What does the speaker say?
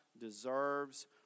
deserves